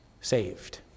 saved